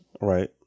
Right